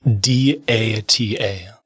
D-A-T-A